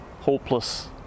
hopeless